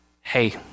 hey